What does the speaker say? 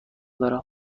دارم